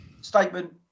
statement